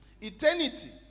Eternity